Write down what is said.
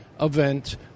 event